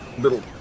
little